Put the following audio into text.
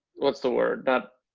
what's the word not.